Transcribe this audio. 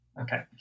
Okay